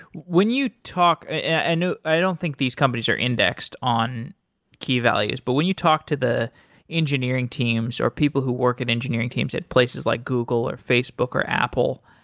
when you talk and i don't think these companies are indexed on key values, but when you talk to the engineering teams, or people who work at engineering teams at places like google or facebook or apple,